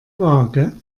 waage